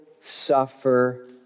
suffer